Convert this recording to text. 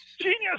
Genius